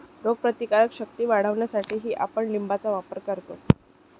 रोगप्रतिकारक शक्ती वाढवण्यासाठीही आपण लिंबाचा वापर करतो